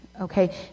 okay